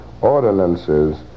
ordinances